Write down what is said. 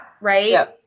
right